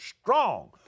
strong